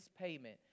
payment